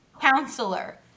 counselor